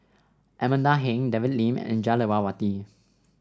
Amanda Heng David Lim and Jah Lelawati